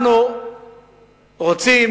אנחנו רוצים